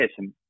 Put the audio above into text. yes